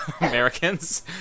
Americans